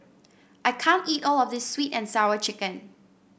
I can't eat all of this sweet and Sour Chicken